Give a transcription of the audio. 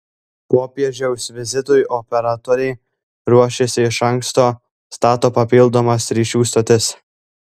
popiežiaus vizitui operatoriai ruošiasi iš anksto stato papildomas ryšių stotis